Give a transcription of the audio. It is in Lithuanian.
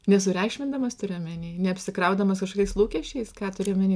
nesureikšmindamas turi omeny neapsikraudamas kažkokiais lūkesčiais ką turi omeny